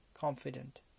confident